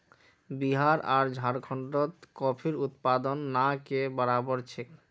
बिहार आर झारखंडत कॉफीर उत्पादन ना के बराबर छेक